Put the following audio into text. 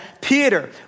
Peter